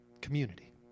Community